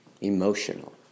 emotional